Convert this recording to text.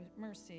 mercy